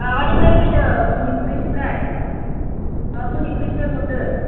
माबानिफ्राय फैदों मनिपुरिनिफ्राय ओह मनिपुरिनिफ्राय हरदों